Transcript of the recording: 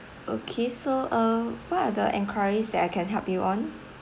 okay so uh what are the enquiries that I can help you on